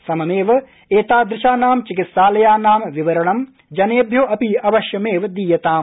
सममेव एतादृशानां चिकित्सालयानां विवरणं जनेभ्यो अपि अश्वयमेव दीयताम